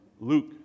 Luke